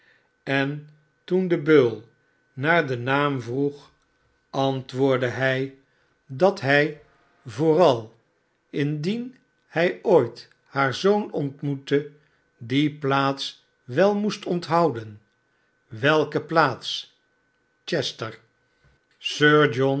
en toen de beul naar den naam vroeg antwoordde hij dat barnaby rtjdge wat de slotenmaker dacht lfhij vooral indien hij ooit haar zoon ontmoette die plaats welmoest onthouden welke plaats chester